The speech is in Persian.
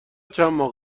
چندماه